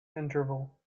interval